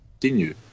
continue